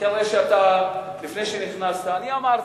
לפני שנכנסת אמרתי,